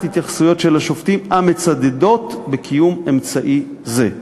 התייחסויות של השופטים המצדדות בקיום אמצעי זה.